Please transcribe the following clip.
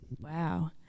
Wow